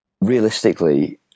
realistically